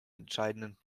entscheidenden